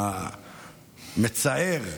המצער,